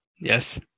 Yes